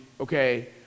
okay